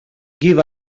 give